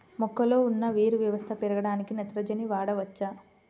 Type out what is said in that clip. మొక్కలో ఉన్న వేరు వ్యవస్థ పెరగడానికి నత్రజని వాడవచ్చా?